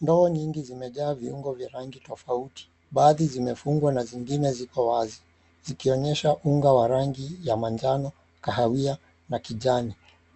Ndoo nyingi zimejaa viungo vya rangi tofauti. Baadhi zimefungwa na zingine ziko wazi zikionyesha unga wa rangi ya manjano, kahawia na kijani.